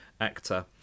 actor